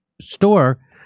store